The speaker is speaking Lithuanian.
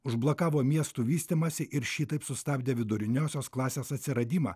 užblokavo miestų vystymąsi ir šitaip sustabdė viduriniosios klasės atsiradimą